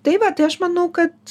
tai va tai aš manau kad